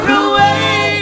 away